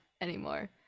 anymore